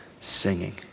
singing